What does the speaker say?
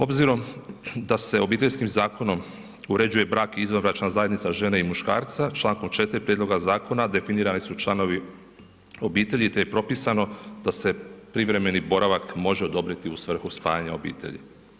Obzirom da se obiteljskim zakonom uređuje brak i izvanbračna zajednica žene i muškarca čl. 4. prijedloga zakona definirani su članovi obitelji, te je propisano da se privremeni boravak može odobriti u svrhu spajanja obitelji.